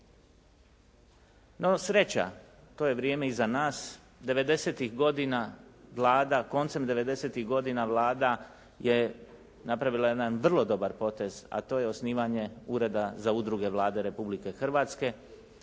No sreća to je vrijeme iza nas. 90-tih godina Vlada, koncem 90-tih godina Vlada je napravila jedan vrlo dobar potez, a to je osnivanje Ureda za udruge Vlade Republike Hrvatske